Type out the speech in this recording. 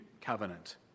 covenant